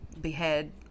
behead